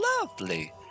Lovely